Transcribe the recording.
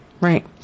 right